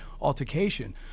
altercation